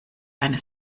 eine